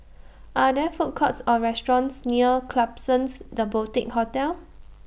Are There Food Courts Or restaurants near Klapsons The Boutique Hotel